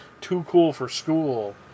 too-cool-for-school